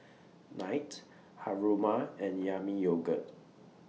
Knight Haruma and Yami Yogurt